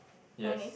yes